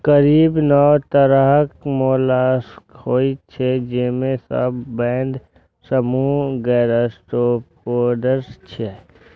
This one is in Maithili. करीब नौ तरहक मोलस्क होइ छै, जेमे सबसं पैघ समूह गैस्ट्रोपोड्स छियै